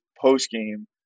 post-game